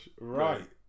Right